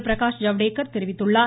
பிரகாஷ் ஜவ்டேகர் தெரிவித்துள்ளார்